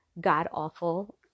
god-awful